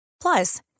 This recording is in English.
Plus